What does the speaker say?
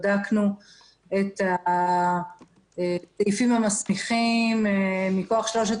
בדקנו את הסעיפים המסמיכים מכוח שלושת